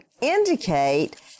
indicate